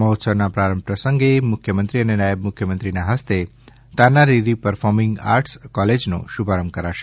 મહોત્સવના પ્રારંભ પ્રસંગે મુખ્યમંત્રી અને નાયબ મુખ્યમંત્રીના હસ્તે તાના રીરી પરફોર્મીંગ આટર્સ કોલેજનો શુભારંભ કરવામાં આવશે